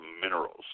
minerals